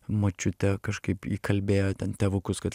močiutė kažkaip įkalbėjo ten tėvukus kad